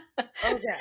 Okay